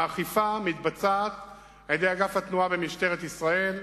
האכיפה מתבצעת על-ידי אגף התנועה במשטרת ישראל.